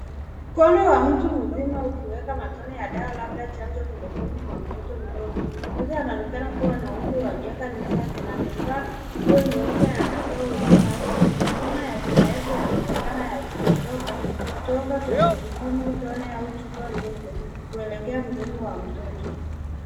Mkono wa mtu mzima ukieka matone ya dawa labda chanjo mdomoni mwa mtoto mdogo. Mtoto anaonekana kuwa na umri michache na amevaa nguo nyeupe na anatoa ulimi wake nje. Matone ya kiafya yanaonekana yakidondoka kutoka kwenye kipimo tone au chupa ndogo kuelekea mdomo wa mtoto.